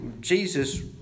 Jesus